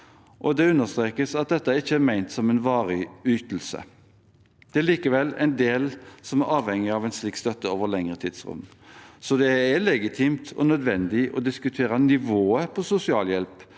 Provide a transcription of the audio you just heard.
det understrekes at dette ikke er ment som en varig ytelse. Det er likevel en del som er avhengige av en slik støtte over et lengre tidsrom, så det er legitimt og nødvendig å diskutere nivået på sosialhjelp,